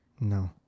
No